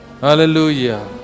Hallelujah